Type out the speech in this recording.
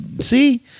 see